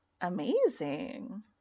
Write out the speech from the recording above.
amazing